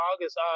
August